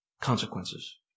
consequences